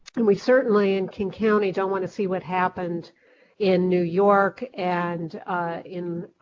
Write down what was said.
and we certainly in king county don't want to see what happened in new york and in